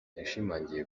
yashimangiye